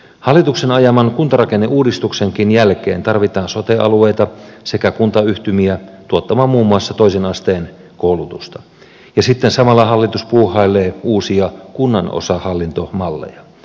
hallituksen ajaman kuntarakenneuudistuksenkin jälkeen tarvitaan sote alueita sekä kuntayhtymiä tuottamaan muun muassa toisen asteen koulutusta ja sitten samalla hallitus puuhailee uusia kunnanosahallintomalleja